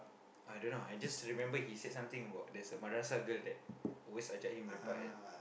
I don't know I just remember he said something about there's a madrasah girl that always ajak him lepak at